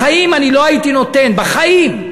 בחיים אני לא הייתי נותן, בחיים,